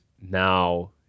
now